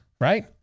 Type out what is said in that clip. right